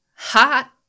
Hot